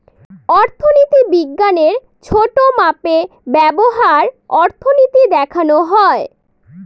অর্থনীতি বিজ্ঞানের ছোটো মাপে ব্যবহার অর্থনীতি দেখানো হয়